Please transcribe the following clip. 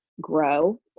grow